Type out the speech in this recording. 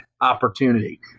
opportunity